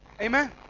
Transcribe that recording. Amen